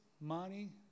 money